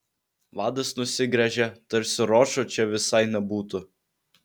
vadas nusigręžė tarsi ročo čia visai nebūtų